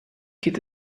geht